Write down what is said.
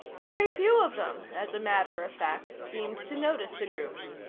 very few of them, as a matter of fact, seemed to notice the group.